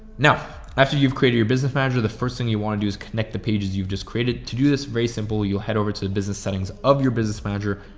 now after you've created your business manager, the first thing you want to do is connect the pages you've just created. to do this race and bull, you'll head over to the business settings of your business manager.